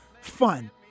fun